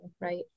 Right